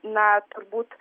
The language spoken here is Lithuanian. na turbūt